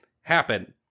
happen